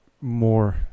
more